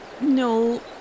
No